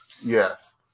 yes